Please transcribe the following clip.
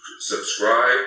subscribe